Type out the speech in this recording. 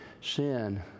sin